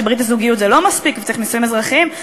שברית הזוגיות זה לא מספיק ושצריך נישואים אזרחיים.